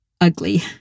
ugly